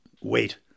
wait